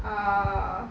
err